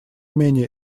менее